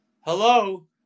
Hello